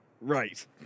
right